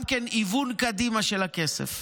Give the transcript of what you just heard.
גם כן היוון קדימה של הכסף.